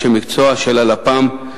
היא שייכת להם בצורה פרטית,